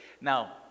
Now